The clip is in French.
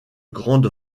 grande